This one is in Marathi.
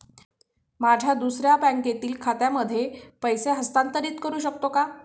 माझ्या दुसऱ्या बँकेतील खात्यामध्ये पैसे हस्तांतरित करू शकतो का?